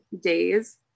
days